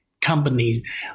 companies